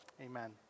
Amen